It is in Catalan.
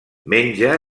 menja